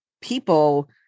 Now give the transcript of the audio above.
people